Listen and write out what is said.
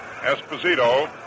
Esposito